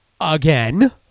again